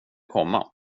komma